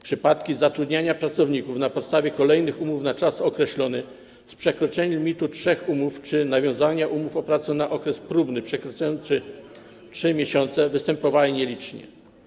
Przypadki zatrudniania pracowników na podstawie kolejnych umów na czas określony z przekroczeniem limitu trzech umów czy nawiązywania umów o pracę na okres próbny przekraczający 3 miesiące występowały nielicznie.